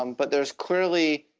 and but there's clearly,